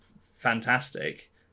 fantastic